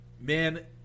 man